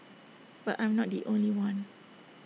but I'm not the only one